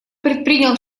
предпринял